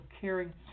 caring